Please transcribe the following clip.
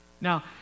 Now